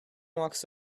walks